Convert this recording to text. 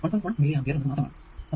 1 milli ampere എന്നത് മാത്രമാണ്